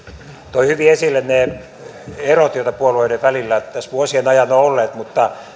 toi hyvin esille ne erot joita puolueiden välillä tässä vuosien ajan on ollut mutta